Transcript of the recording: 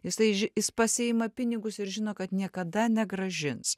jisai ži jis pasiima pinigus ir žino kad niekada negrąžins